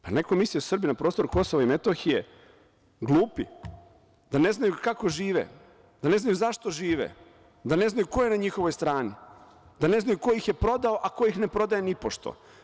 Da li neko misli da su Srbi na prostoru KiM glupi, da ne znaju kako žive, da ne znaju zašto žive, da ne znaju ko je na njihovoj strani, da ne znaju ko ih je prodao, a ko ih ne prodaje nipošto?